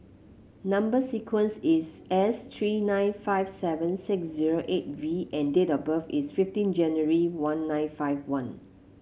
number sequence is S three nine five seven six zero eight V and date of birth is fifteen January one nine five one